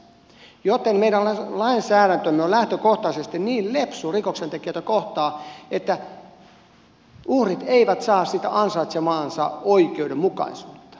heidät luetaan ensikertalaisiksi joten meidän lainsäädäntömme on lähtökohtaisesti niin lepsu rikoksentekijöitä kohtaan että uhrit eivät saa sitä ansaitsemaansa oikeudenmukaisuutta